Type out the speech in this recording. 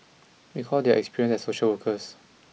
because they have experience as social workers